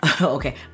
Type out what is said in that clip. Okay